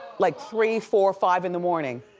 like three, four, five in the morning.